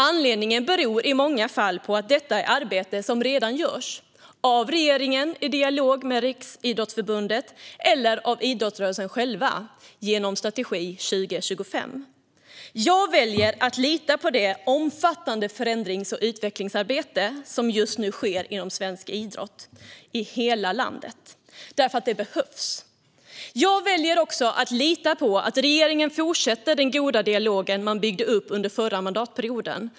Anledningen är i många fall att detta är arbete som redan görs - av regeringen, i dialog med Riksidrottsförbundet, eller av idrottsrörelsen själv genom Strategi 2025. Jag väljer att lita på det omfattande förändrings och utvecklingsarbete som just nu sker inom svensk idrott i hela landet, därför att det behövs. Jag väljer också att lita på att regeringen fortsätter den goda dialog man byggde upp under förra mandatperioden.